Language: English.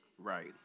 Right